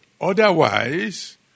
Otherwise